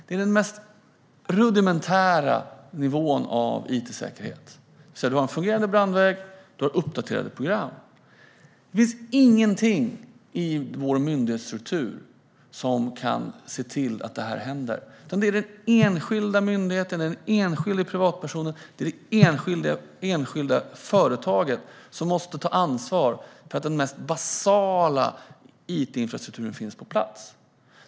Detta är den mest rudimentära nivån av it-säkerhet - man bör ha en fungerande brandvägg och uppdaterade program. Det finns ingenting i vår myndighetsstruktur som kan se till att detta händer. Det är i stället den enskilda myndigheten, den enskilda privatpersonen och det enskilda företaget som måste ta ansvar för att den mest basala it-infrastrukturen finns på plats.